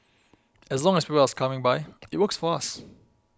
as long as people us coming by it works for us